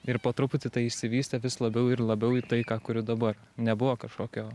ir po truputį tai išsivystė vis labiau ir labiau į tai ką kuriu dabar nebuvo kažkokio